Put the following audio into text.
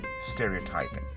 Stereotyping